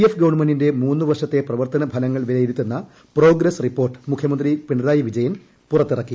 F ഗവൺമെന്റിന്റെ മൂന്ന് വർഷത്തെ പ്രവർത്തനങ്ങൾ വിലയിരുത്തുന്ന പ്രോഗ്രസ് റിപ്പോർട്ട് മുഖ്യമന്ത്രി പിണറായി വിജയൻ പുറത്തിറക്കി